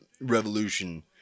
revolution